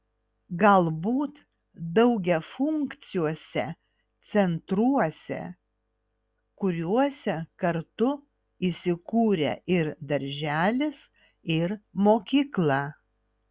galbūt daugiafunkciuose centruose kuriuose kartu įsikūrę ir darželis ir mokykla